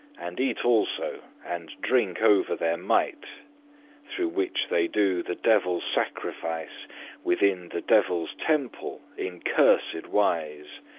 and eat also, and drink over their might through which they do the devil sacrifice within the devil's temple, in cursed wise,